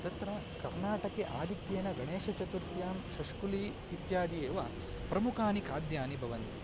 तत्र कर्नाटके आधिक्येन गणेशचतुर्थ्यां शश्कुली इत्यादि एव प्रमुखानि खाद्यानि भवन्ति